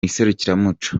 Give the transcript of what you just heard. iserukiramuco